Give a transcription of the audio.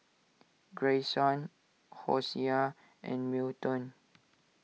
Grayson Hosea and Milton